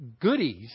goodies